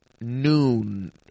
noon